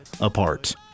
apart